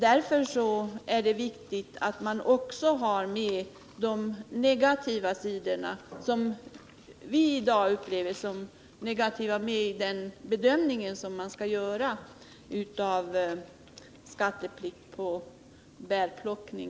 Därför är det viktigt att också de sidor som vi i dag upplever som negativa tas med i den bedömning som man skall göra av frågan om skatteplikt för bärplockning.